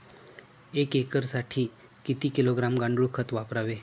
एक एकरसाठी किती किलोग्रॅम गांडूळ खत वापरावे?